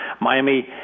Miami